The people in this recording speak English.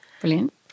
Brilliant